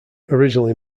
originally